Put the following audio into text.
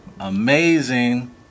Amazing